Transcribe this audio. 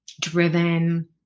driven